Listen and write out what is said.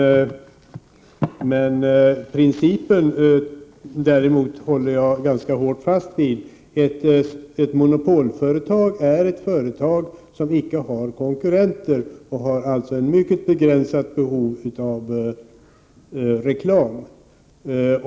Principen håller jag däremot ganska hårt fast vid. Ett monopolföretag är ett företag som inte har konkurrenter, och det har ett mycket begränsat behov av reklam.